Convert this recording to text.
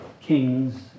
kings